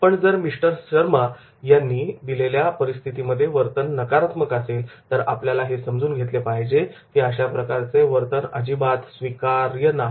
पण जर मिस्टर शर्मा यांचे दिलेल्या परिस्थितीमध्ये वर्तन नकारात्मक असेल तर आपल्याला हे समजून घेतले पाहिजे की अशा प्रकारचे वर्तन अजिबात स्वीकार्य नाही